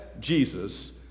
Jesus